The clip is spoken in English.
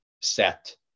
set